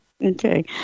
Okay